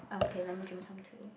okay let me drink some too